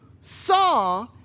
saw